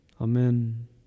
Amen